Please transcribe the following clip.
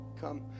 come